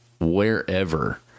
wherever